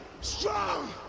strong